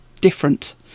different